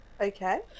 Okay